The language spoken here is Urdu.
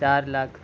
چار لاکھ